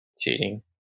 cheating